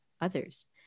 others